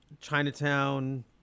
Chinatown